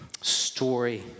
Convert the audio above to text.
story